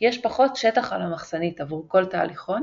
יש פחות שטח על המחסנית עבור כל תהליכון